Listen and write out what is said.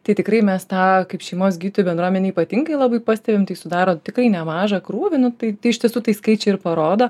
tai tikrai mes tą kaip šeimos gydytojų bendruomenėj ypatingai labai pastebim tai sudaro tikrai nemažą krūvį nu tai iš tiesų tai skaičiai ir parodo